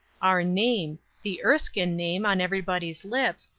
our name, the erskine name, on everybody's lips,